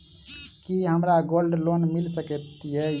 की हमरा gold loan मिल सकैत ये?